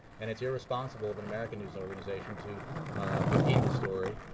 and it's irresponsible of an american news organization to repeat the story,